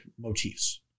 motifs